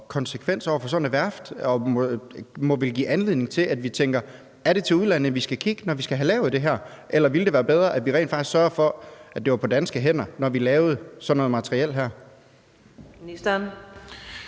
konsekvens for sådan et værft og må vel give anledning til, at vi tænker: Er det til udlandet, vi skal kigge, når vi skal have lavet det her, eller ville det være bedre, at vi rent faktisk sørgede for, at det var på danske hænder, når vi fik lavet sådan noget materiel her? Kl.